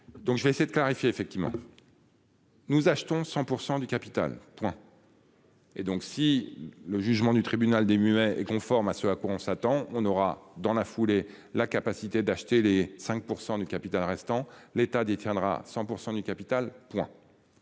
Donc je vais essayer de clarifier effectivement. Nous achetons 100% du capital. Et donc si le jugement du tribunal des muets conforme à ce à quoi on s'attend on aura dans la foulée, la capacité d'acheter les 5% du capital restant l'État détiendra 100% du capital. Si